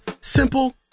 simple